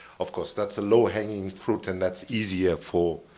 of course, that's a lower hanging fruit, and that's easier for